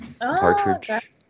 partridge